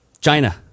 China